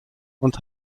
und